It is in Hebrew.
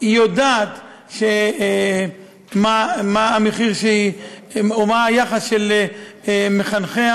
היא יודעת מה המחיר או מה היחס של מחנכיה,